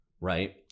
Right